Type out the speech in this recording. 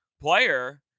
player